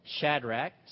Shadrach